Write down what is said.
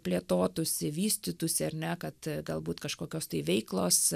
plėtotųsi vystytųsi ar ne kad galbūt kažkokios tai veiklos